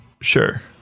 Sure